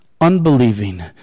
unbelieving